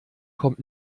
kommt